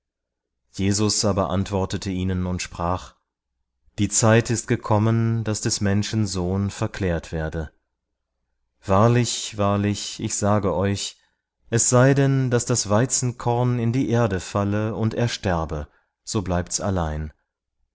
jesus aber antwortete ihnen und sprach die zeit ist gekommen daß des menschen sohn verklärt werde wahrlich wahrlich ich sage euch es sei denn daß das weizenkorn in die erde falle und ersterbe so bleibt's allein